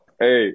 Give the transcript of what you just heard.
Hey